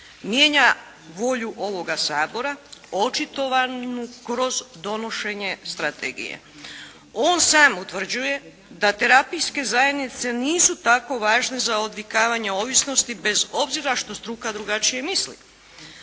mijenja volju ovoga Sabora očitovanu kroz donošenje strategije. On sam utvrđuje da terapijske zajednice nisu tako važne za odvikavanje ovisnosti bez obzira što struka drugačije misli.